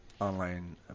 online